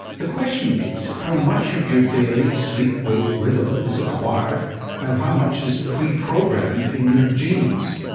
the question is, how much of your daily sleep wake rhythm is acquired and how much is pre-programmed in your genes?